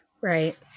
Right